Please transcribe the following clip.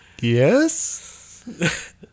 Yes